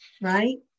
right